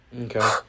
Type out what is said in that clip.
Okay